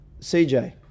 CJ